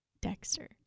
Dexter